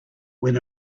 when